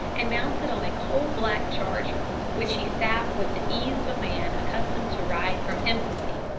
and mounted on a coal-black charger, which he sat with the ease of a man accustomed to ride from infancy.